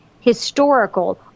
historical